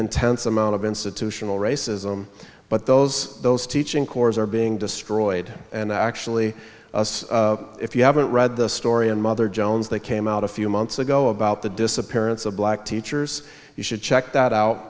intense amount of institutional racism but those those teaching corps are being destroyed and actually if you haven't read the story in mother jones they came out a few months ago about the disappearance of black teachers you should check that out